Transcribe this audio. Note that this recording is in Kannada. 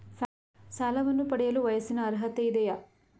ಸಾಲವನ್ನು ಪಡೆಯಲು ವಯಸ್ಸಿನ ಅರ್ಹತೆ ಇದೆಯಾ?